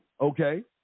okay